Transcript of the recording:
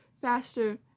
faster